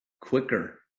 quicker